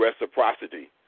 reciprocity